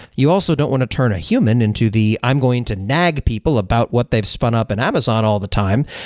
you also don't want to turn a human into the, i'm going to nag people about what they've spun up in amazon all the time.